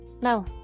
No